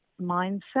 mindset